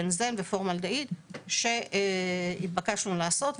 בנזן ופורמאלדהיד שהתבקשנו לעשות.